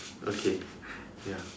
okay ya